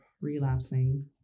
relapsing